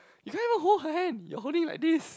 you can't even hold her hand you're holding like this